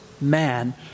man